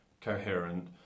coherent